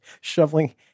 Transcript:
shoveling